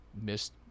missed